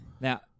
Now